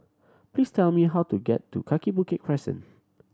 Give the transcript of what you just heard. please tell me how to get to Kaki Bukit Crescent